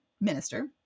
minister